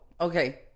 okay